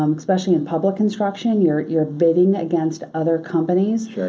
um especially in public construction you're you're bidding against other companies.